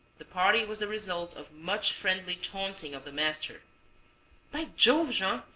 the party was the result of much friendly taunting of the master by jove, jean,